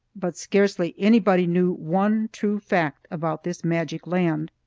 but scarcely anybody knew one true fact about this magic land.